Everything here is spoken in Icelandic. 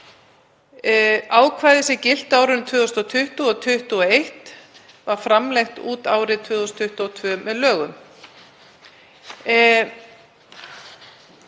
Ákvæðið sem gilti á árinu 2020 og 2021 var framlengt út árið 2022 með lögum,